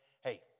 Hey